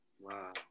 Wow